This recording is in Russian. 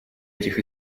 этих